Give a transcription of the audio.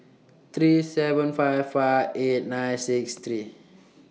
three seven five five eight nine six three